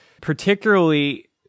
particularly